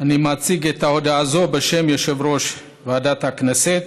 אני מציג את ההודעה הזו בשם יושב-ראש ועדת הכנסת.